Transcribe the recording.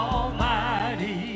Almighty